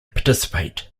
participate